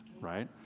right